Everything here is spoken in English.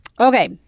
Okay